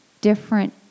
different